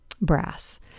brass